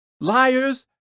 Liars